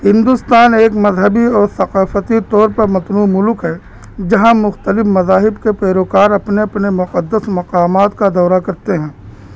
ہندوستان ایک مذہبی اور ثقافتی طور پر متنوع ملک ہے جہاں مختلف مذاہب کے پیروکار اپنے اپنے مقدس مقامات کا دورہ کرتے ہیں